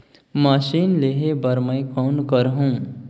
Machine लेहे बर मै कौन करहूं?